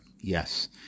Yes